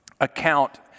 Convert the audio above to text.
account